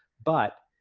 but